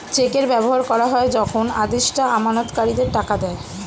চেকের ব্যবহার করা হয় যখন আদেষ্টা আমানতকারীদের টাকা দেয়